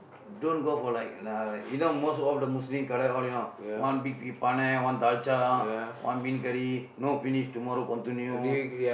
don't go for like uh you know most of the Muslim kadai all you know one big big paanai one dalcha one meen kari kari you know finish tomorrow continue